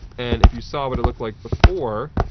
and, if you saw what it looked like before.